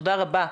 תודה רבה.